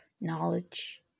knowledge